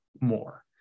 more